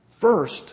First